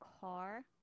car